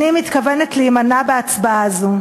אני מתכוונת להימנע בהצבעה הזו.